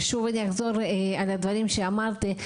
ושוב אני אחזור על דברים שאמרתי,